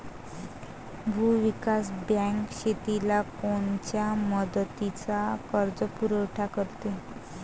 भूविकास बँक शेतीला कोनच्या मुदतीचा कर्जपुरवठा करते?